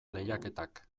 lehiaketak